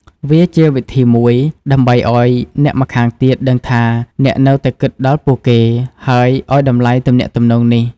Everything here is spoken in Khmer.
វាជាវិធីមួយដើម្បីឲ្យអ្នកម្ខាងទៀតដឹងថាអ្នកនៅតែគិតដល់ពួកគេ ហើយឲ្យតម្លៃទំនាក់ទំនងនេះ។